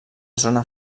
zona